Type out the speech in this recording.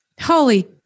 Holy